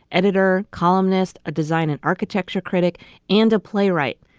editor, columnist, a design and architecture critic and a playwright.